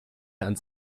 ans